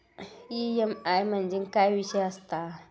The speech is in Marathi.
ई.एम.आय म्हणजे काय विषय आसता?